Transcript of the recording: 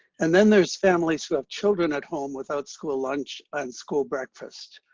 and then there's families who have children at home without school lunch and school breakfast.